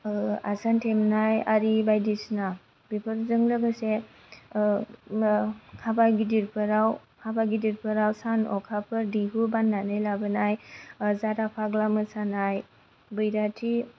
आसान थेबनाय आरि बायदिसिना बेफोरजों लोगोसे हाबा गिदिरफोराव सान अखाफोर दैहु बाननानै लाबोनाय जाराफाग्ला मोसानाय बैराथि